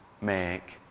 make